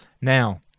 Now